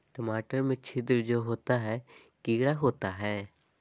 टमाटर में छिद्र जो होता है किडा होता है?